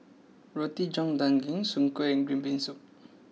Roti John Daging Soon Kuih and Green Bean Soup